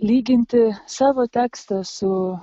lyginti savo tekstą su